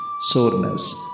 soreness